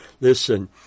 Listen